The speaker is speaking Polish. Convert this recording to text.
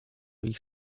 ich